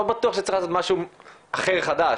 לא בטוח שצריך לעשות משהו אחר חדש.